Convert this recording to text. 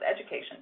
education